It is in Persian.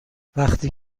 وقتی